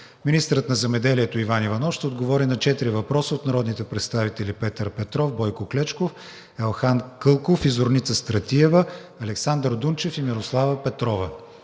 министърът на земеделието Иван Иванов ще отговори на четири въпроса от народните представители Петър Петров; Бойко Клечков; Елхан Кълков; и Зорница Стратиева, Александър Дунчев и Мирослава Петрова;